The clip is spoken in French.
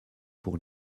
pour